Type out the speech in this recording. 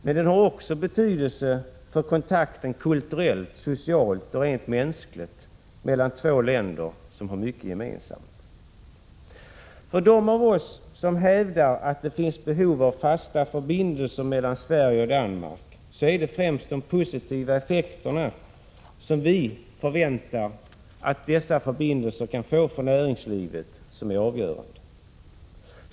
Men den har också betydelse för den kulturella, sociala och rent mänskliga kontakten mellan två länder som har mycket gemensamt. För dem av oss som hävdar att det finns behov av fasta förbindelser mellan Sverige och Danmark är det främst de positiva effekterna som vi förväntar att dessa förbindelser kan få för näringslivet som är avgörande.